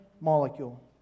molecule